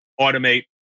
automate